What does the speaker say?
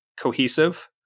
cohesive